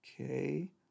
Okay